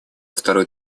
второй